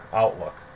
outlook